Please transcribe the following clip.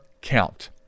count